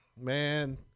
Man